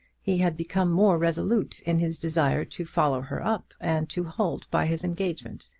he had become more resolute in his desire to follow her up, and to hold by his engagement.